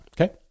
okay